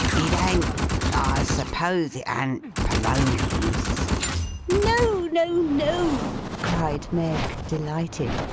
it an't i suppose it an't polonies no, no, no cried meg, delighted.